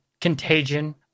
contagion